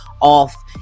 off